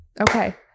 Okay